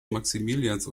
maximilians